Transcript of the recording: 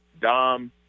DOM